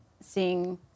seeing